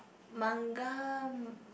manga